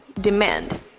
Demand